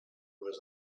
was